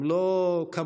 הם לא כמונו,